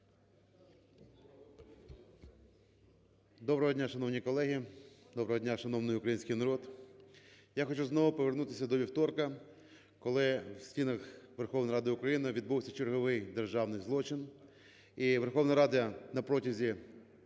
Доброго дня, шановні колеги, доброго дня, шановний український народ. Я хочу знову повернутися до вівторка, коли в стінах Верховної Ради України відбувся черговий державний злочин, і Верховна Рада протягом